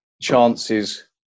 chances